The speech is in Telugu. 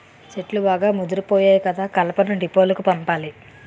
చెట్లు బాగా ముదిపోయాయి కదా కలపను డీపోలకు పంపాలి